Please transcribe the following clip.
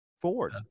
ford